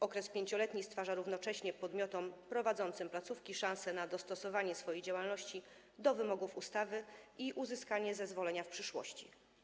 Okres 5-letni stwarza równocześnie podmiotom prowadzącym placówki szansę na dostosowanie swojej działalności do wymogów ustawy i uzyskanie zezwolenia w przyszłości.